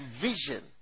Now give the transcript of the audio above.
vision